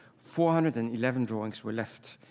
four hundred and eleven drawings were left.